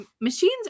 machines